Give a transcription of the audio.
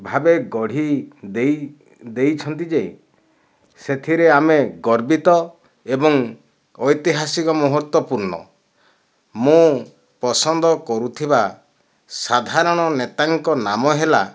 ଭାବେ ଗଢି ଦେଇ ଦେଇଛନ୍ତି ଯେ ସେଥିରେ ଆମେ ଗର୍ବିତ ଏବଂ ଐତିହାସିକ ମୁହୂର୍ତ୍ତ ପୁର୍ଣ୍ଣ ମୁଁ ପସନ୍ଦ କରୁଥିବା ସାଧାରଣ ନେତା ଙ୍କ ନାମ ହେଲା